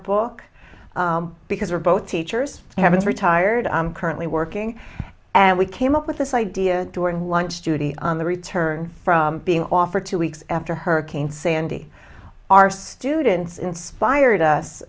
book because we're both teachers haven't retired i'm currently working and we came up with this idea door and lunch judy on the return from being offered two weeks after hurricane sandy our students inspired us